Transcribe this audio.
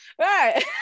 Right